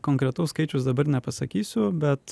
konkretaus skaičiaus dabar nepasakysiu bet